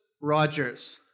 Rogers